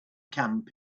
camp